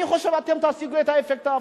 אני חושב שאתם תשיגו את האפקט ההפוך.